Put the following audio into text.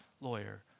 lawyer